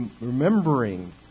remembering